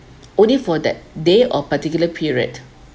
only for that day or particular period